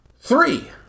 Three